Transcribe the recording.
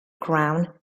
crown